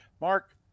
Mark